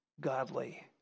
godly